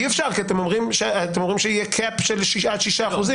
אי אפשר כי אתם אומרים שיהיה קאפ של עד שישה אחוזים.